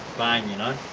bang, you know,